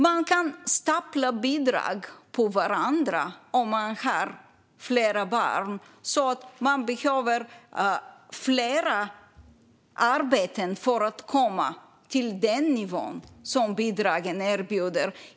Man kan stapla bidrag på varandra om man har flera barn, och man behöver flera arbeten för att komma till samma nivå som bidragen erbjuder.